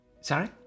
Sorry